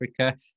Africa